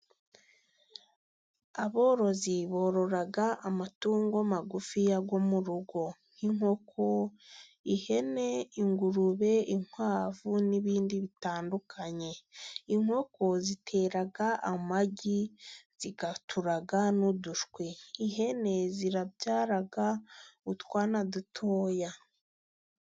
Aborozi borora amatungo magufi yo mu rugo nk'inkoko, ihene, ingurube, inkwavu n'ibindi bitandukanye. Inkoko zitera amagi zigaturaga n'udushwi, ihene zibyara utwana dutoya.